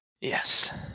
Yes